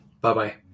Bye-bye